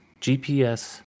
GPS